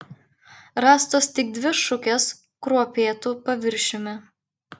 rastos tik dvi šukės kruopėtu paviršiumi